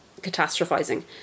catastrophizing